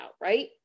right